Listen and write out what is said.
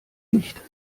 nicht